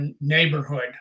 neighborhood